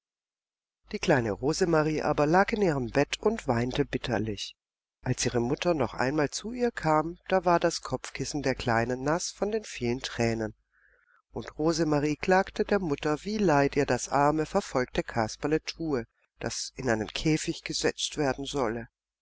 die kleine rosemarie aber lag in ihrem bett und weinte bitterlich als ihre mutter noch einmal zu ihr kam da war das kopfkissen der kleinen naß von den vielen tränen und rosemarie klagte der mutter wie leid ihr das arme verfolgte kasperle tue das in einen käfig gesetzt werden solle